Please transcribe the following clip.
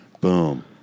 Boom